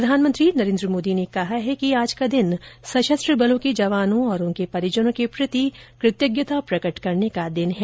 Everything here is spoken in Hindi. प्रधानमंत्री नरेन्द्र मोदी ने कहा है कि आज का दिन सशस्त्र बलों के जवानों और उनके परिजनों के प्रति कृतज्ञता प्रकट करने का दिन है